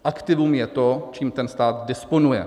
Aktivum je to, čím ten stát disponuje.